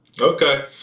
okay